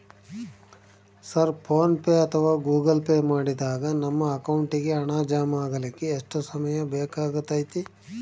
Sir PhonePe ಅಥವಾ Google pay ಮಾಡಿದಾಗ ನಮ್ಮ ಅಕೌಂಟಿಗೆ ಹಣ ಜಮಾ ಆಗಲಿಕ್ಕೆ ಎಷ್ಟು ಸಮಯ ಬೇಕಾಗತೈತಿ?